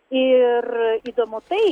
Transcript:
ir įdomu tai